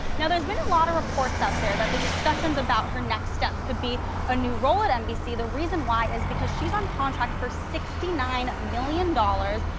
now there's been a lot of reports out there that the discussions about her next steps could be a new role at nbc, the reason why is because she's on contract for sixty nine million dollars,